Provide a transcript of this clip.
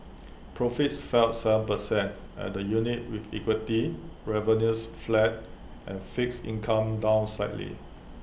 profits fell Seven percent at the unit with equity revenues flat and fixed income down slightly